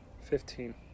Fifteen